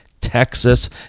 Texas